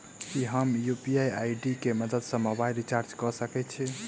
की हम यु.पी.आई केँ मदद सँ मोबाइल रीचार्ज कऽ सकैत छी?